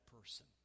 person